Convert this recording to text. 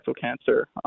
cancer